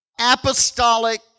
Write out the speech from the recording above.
apostolic